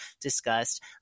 discussed